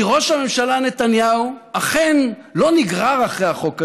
כי ראש הממשלה נתניהו אכן לא נגרר אחרי החוק הזה,